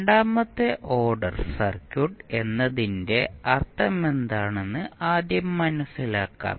രണ്ടാമത്തെ order circuit എന്നതിന്റെ അർത്ഥമെന്താണെന്ന് ആദ്യം മനസിലാക്കാം